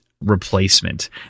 replacement